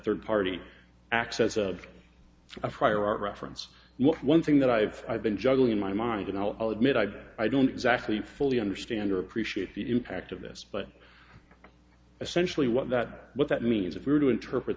third party access to a prior art reference one thing that i've been juggling in my mind and i'll admit i i don't exactly fully understand or appreciate the impact of this but essentially what that what that means if we were to interpret